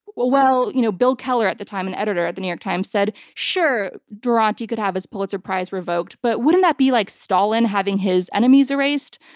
well, you know bill keller at the time, an editor at the new york times said, sure, duranty could have his pulitzer prize revoked, but wouldn't that be like stalin having his enemies erased?